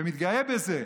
ומתגאה בזה: